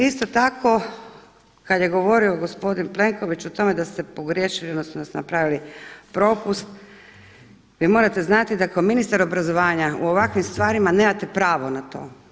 Isto tako kada je govorio gospodin Plenković o tome da ste pogriješili odnosno da ste napravili propust, vi morate znati da kao ministar obrazovanja u ovakvim stvarima nemate pravo na to.